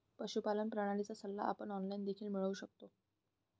पशुपालन प्रणालीचा सल्ला आपण ऑनलाइन देखील मिळवू शकतो